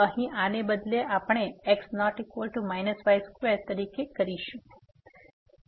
તેથી અહીં આને બદલે આપણે x≠ y2 તરીકે કરીશું